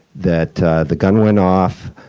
that the gun went off.